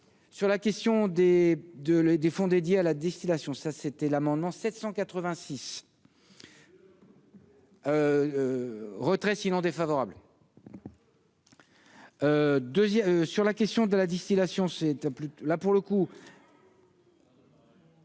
Sur la question des de des fonds dédiés à la distillation, ça c'était l'amendement 786. Retrait sinon défavorable 2ème sur la question de la distillation, c'était plus là pour